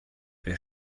wer